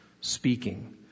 speaking